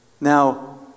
Now